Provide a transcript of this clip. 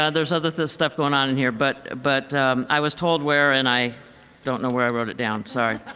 ah there's other stuff going on in here. but but i was told where and i don't know where i wrote it down. sorry.